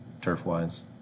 turf-wise